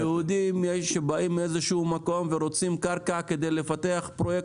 ליהודים שבאים מאיזשהו מקום ורוצים קרקע כדי לפתח פרויקט.